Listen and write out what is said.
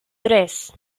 tres